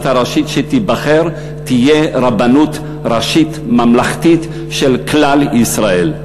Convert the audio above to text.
הראשית שתיבחר תהיה רבנות ראשית ממלכתית של כלל ישראל.